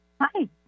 Hi